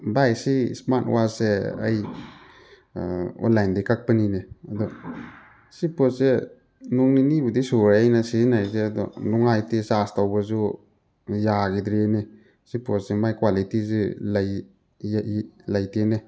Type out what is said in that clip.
ꯚꯥꯏ ꯁꯤ ꯏꯁꯃꯥꯔꯠ ꯋꯥꯁꯁꯦ ꯑꯩ ꯑꯣꯟꯂꯥꯏꯟꯗꯩ ꯀꯛꯄꯅꯤꯅꯦ ꯑꯗꯨ ꯁꯤ ꯄꯣꯠꯁꯤ ꯅꯣꯡ ꯅꯤꯅꯤꯕꯨꯗꯤ ꯁꯨꯔꯦ ꯑꯩꯅ ꯁꯤꯖꯤꯟꯅꯔꯛꯏꯁꯦ ꯑꯗꯣ ꯅꯨꯡꯉꯥꯏꯇꯦ ꯆꯥꯔꯖ ꯇꯧꯕꯁꯨ ꯌꯥꯒꯤꯗ꯭ꯔꯦꯅꯦ ꯁꯤ ꯄꯣꯠꯁꯦ ꯃꯥꯏ ꯀ꯭ꯋꯥꯂꯤꯇꯤꯁꯤ ꯂꯩꯇꯦꯅꯦ